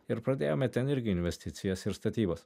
ir pradėjome ten irgi investicijas ir statybas